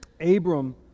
Abram